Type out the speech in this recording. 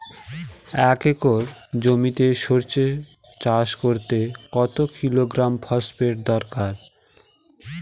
এক একর জমিতে সরষে চাষ করতে কত কিলোগ্রাম ফসফেট দরকার?